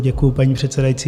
Děkuji, paní předsedající.